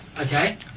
Okay